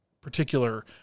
particular